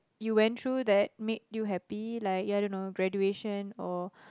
you went through that made you happy like you are don't know graduation or